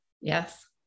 Yes